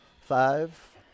Five